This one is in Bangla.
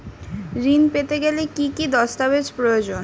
ঋণ পেতে গেলে কি কি দস্তাবেজ প্রয়োজন?